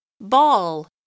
Ball